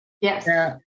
Yes